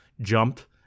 jumped